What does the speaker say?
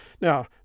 Now